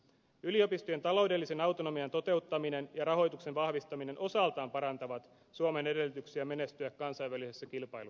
yliopistojen taloudellisen autonomian toteuttaminen ja rahoituksen vahvistaminen osaltaan parantavat suomen edellytyksiä menestyä kansainvälisessä kilpailussa